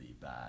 bad